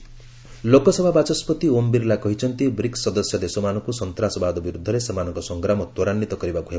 Birla BRICS countries Lok Sabha ବାଚସ୍କତି ଓମ୍ ବିର୍ଲା କହିଛନ୍ତି BRICS ସଦସ୍ୟ ଦେଶମାନଙ୍କୁ ସନ୍ତାସବାଦ ବିରୁଦ୍ଧରେ ସେମାନଙ୍କ ସଂଗ୍ରାମ ତ୍ୱରାନ୍ଧିତ କରିବାକୁ ହେବ